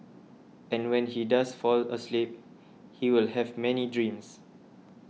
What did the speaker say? and when he does fall asleep he will have many dreams